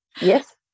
yes